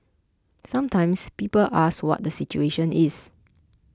sometimes people ask what the situation is